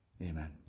Amen